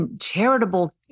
charitable